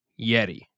Yeti